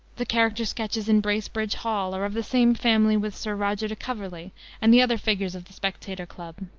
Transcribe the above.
the character sketches in bracebridge hall are of the same family with sir roger de coverley and the other figures of the spectator club.